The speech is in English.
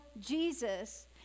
Jesus